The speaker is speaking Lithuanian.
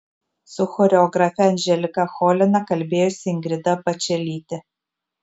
su choreografe anželika cholina kalbėjosi ingrida bačelytė